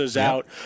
out